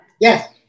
Yes